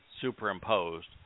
superimposed